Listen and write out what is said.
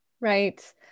Right